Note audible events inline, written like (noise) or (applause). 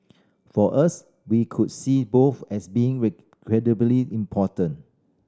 for us we could see both as being (unintelligible) incredibly important